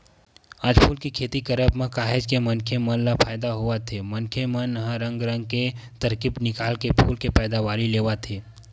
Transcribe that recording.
आज फूल के खेती करब म काहेच के मनखे मन ल फायदा होवत हे मनखे मन ह रंग रंग के तरकीब निकाल के फूल के पैदावारी लेवत हे